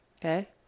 Okay